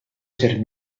ser